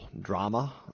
drama